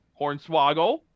Hornswoggle